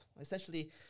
Essentially